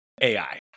AI